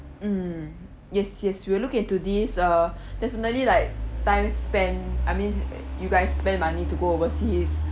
mm yes yes we'll look into these err definitely like time spent I mean you guys spend money to go overseas